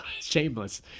Shameless